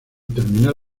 terminar